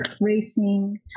racing